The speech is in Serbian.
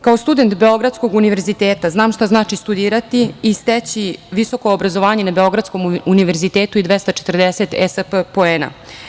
Kao student Beogradskog univerziteta znam šta znači studirati i steći visoko obrazovanje na Beogradskom univerzitetu i 240 ESPB poena.